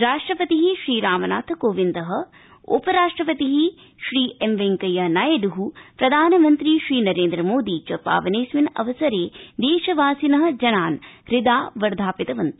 राष्ट्रपतिः श्रीरामनाथकोविन्दः उपराष्ट्रपतिः श्री एम् वेंकैयानायड् प्रधानमन्त्री श्रीनेन्द्रमोदी च पावनेस्मिन् अवसरे देशवासिनो जनान् हृदा वर्धापितवन्त